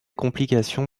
complications